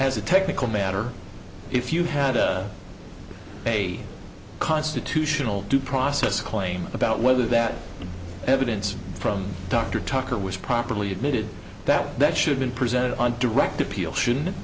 as a technical matter if you had a constitutional due process claim about whether that evidence from dr tucker was properly admitted that that should been presented on direct appeal shouldn't